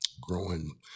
growing